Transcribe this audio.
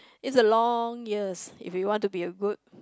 is a long years if you want to be a good